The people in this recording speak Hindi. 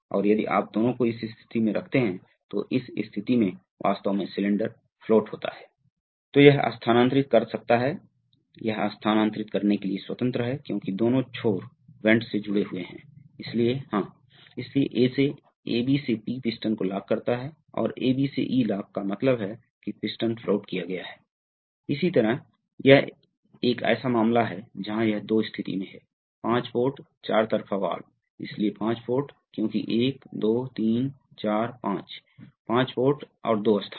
यह उस लूप के वाल्व के ब्लॉक डायग्राम की व्यवस्था है आप देखते हैं कि ये विद्युत लाभ हैं ये विद्युत सर्किट लाभ है यह सेंसर लाभ है यह वाल्व लाभ है तो यह ऑन है यह वर्तमान के लिए वाल्व की विशेषता KQ प्रवाह है जब आपके पास एक निश्चित प्रवाह होता है तो वह प्रवाह अंदर जाता है इसलिए क्षेत्र द्वारा प्रवाह आपको वेग और वेग देगा एकीकृत देगा आपको पोजीशन